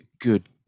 good